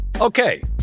Okay